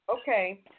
okay